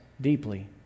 deeply